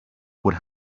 would